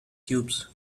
cubes